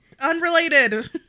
unrelated